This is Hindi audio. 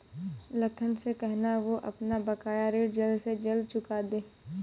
लखन से कहना, वो अपना बकाया ऋण जल्द से जल्द चुका दे